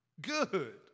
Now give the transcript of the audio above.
good